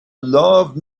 love